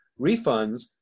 refunds